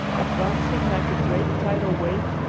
advancing like a great tidal wave,